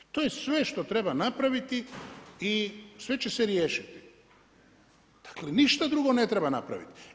I to je sve što treba napraviti i sve će se riješiti, dakle ništa drugo ne treba napraviti.